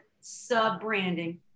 sub-branding